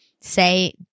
say